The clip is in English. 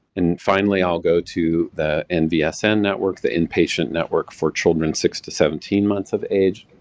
and finally i'll go to the nvsn network, the inpatient network for children six to seventeen months of age.